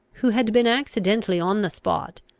who had been accidentally on the spot,